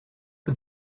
but